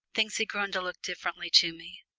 things had grown to look differently to me.